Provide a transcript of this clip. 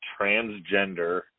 transgender